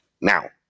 now